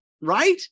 Right